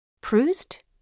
Proust